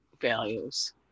values